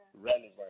relevant